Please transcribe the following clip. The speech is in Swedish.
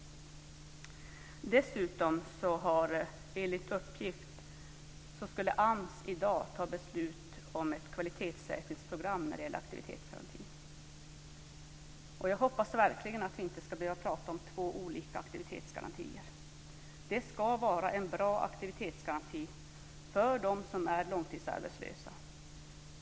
Dessutom skulle AMS enligt uppgift i dag fatta beslut om ett kvalitetssäkringsprogram för aktivitetsgarantin. Jag hoppas verkligen att vi inte ska behöva prata om två olika aktivitetsgarantier. Det ska finnas en bra aktivitetsgaranti för dem som är långtidsarbetslösa.